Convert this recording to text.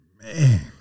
Man